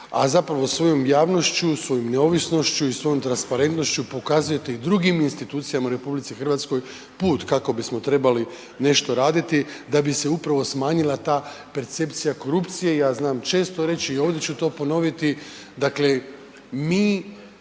a zapravo svojom javnošću, svojom neovisnošću i svojom transparentnošću pokazujete i drugim institucijama u RH put kako bismo trebali nešto raditi da bi se upravo smanjila ta percepcija korupcije, ja znam često reći i ovdje ću to ponoviti, dakle mi